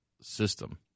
system